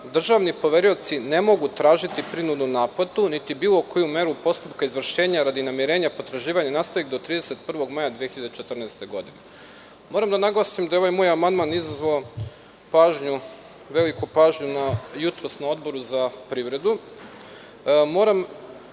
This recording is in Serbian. državni poverioci ne mogu tražiti prinudnu naplatu, niti bilo koju meru postupka izvršenja radi namirenja potraživanja nastalih do 31. maja 2014. godine“.Moram da naglasim da je ovaj moj amandman izazvao veliku pažnju jutros na Odboru za privredu,